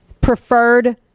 Preferred